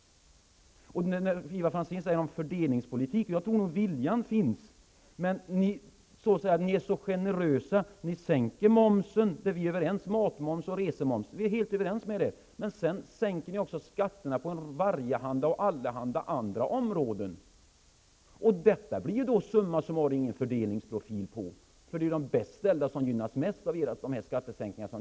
Ivar Franzén talar om fördelningspolitik, och jag tror nog att viljan finns. Men ni är så generösa, ni sänker momsen där vi är är överens, dvs. matmoms och resemoms. Där är vi helt överens med er. Men sedan sänker ni också skatterna på varjehanda och allehanda andra områden. Detta ger då summa summarum ingen fördelningsprofil, eftersom det är de bäst ställda som gynnas mest av era skattesänkningar.